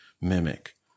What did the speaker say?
mimic